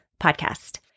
podcast